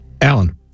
Alan